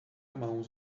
mãos